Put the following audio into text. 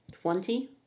Twenty